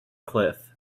cliff